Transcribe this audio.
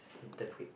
interpret